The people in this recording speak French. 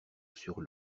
sur